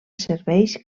serveix